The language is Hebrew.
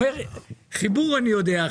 חיבור אני יודע,